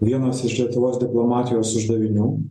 vienas iš lietuvos diplomatijos uždavinių